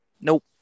Nope